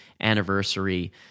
anniversary